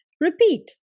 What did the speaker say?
repeat